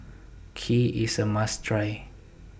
Kheer IS A must Try